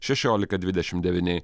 šešiolika dvidešimt devyni